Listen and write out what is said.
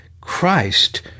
Christ